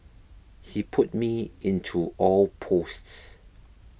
he put me into all posts